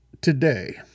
today